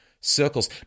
circles